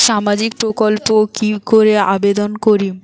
সামাজিক প্রকল্পত কি করি আবেদন করিম?